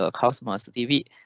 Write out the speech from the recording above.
ah cosmos tv.